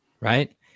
right